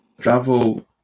travel